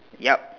yup